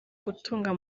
gutunga